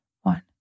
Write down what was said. one